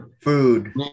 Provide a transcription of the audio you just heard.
Food